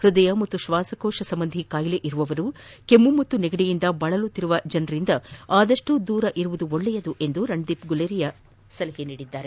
ಹ್ವದಯ ಹಾಗೂ ಶ್ವಾಸಕೋಶ ಸಂಬಂಧಿ ಕಾಯಿಲೆ ಇರುವವರು ಕೆಮ್ನು ಮತ್ತು ನೆಗಡಿಯಿಂದ ಬಳಲುತ್ತಿರುವವರಿಂದ ಆದಷ್ಟು ದೂರ ಇರುವುದು ಒಳ್ಳೆಯದು ಎಂದು ರಣದೀಪ್ ಗುರೇರಿಯಾ ತಿಳಿಸಿದ್ದಾರೆ